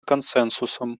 консенсусом